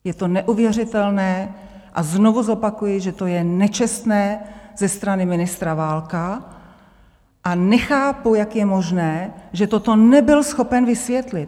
Je to neuvěřitelné a znovu zopakuji, že to je nečestné ze strany ministra Válka, a nechápu, jak je možné, že toto nebyl schopen vysvětlit.